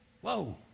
Whoa